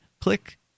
Click